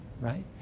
right